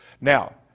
Now